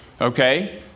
okay